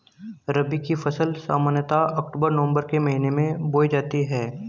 रबी की फ़सल सामान्यतः अक्तूबर नवम्बर के महीने में बोई जाती हैं